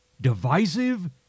divisive